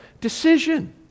decision